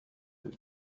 deux